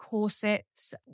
corsets